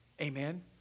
Amen